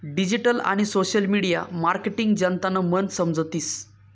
digital आणि social media marketing जनतानं मन समजतीस